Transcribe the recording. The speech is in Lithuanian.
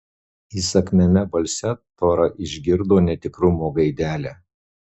įsakmiame balse tora išgirdo netikrumo gaidelę